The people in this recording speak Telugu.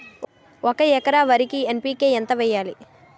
ఒక ఎకర వరికి ఎన్.పి కే ఎంత వేయాలి?